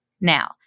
Now